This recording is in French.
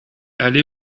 aller